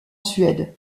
suède